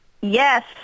Yes